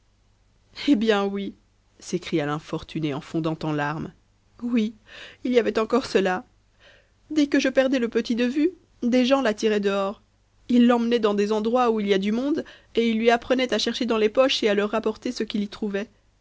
eh bien oui s'écria l'infortunée en fondant en larmes oui il y avait encore cela dès que je perdais le petit de vue des gens l'attiraient dehors ils l'emmenaient dans des endroits où il y a du monde et ils lui apprenaient à chercher dans les poches et à leur apporter ce qu'il y trouvait